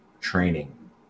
training